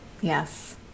Yes